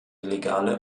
legale